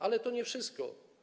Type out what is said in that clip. Ale to nie wszystko.